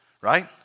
right